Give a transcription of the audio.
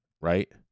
right